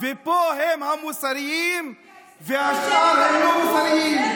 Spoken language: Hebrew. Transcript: ופה הם המוסריים והשאר הם לא מוסריים.